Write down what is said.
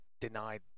denied